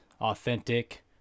authentic